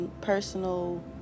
personal